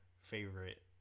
favorite